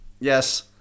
Yes